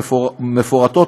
מפורטות.